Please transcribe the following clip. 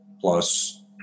plus